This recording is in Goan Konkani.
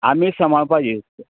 आमी सामाळपाची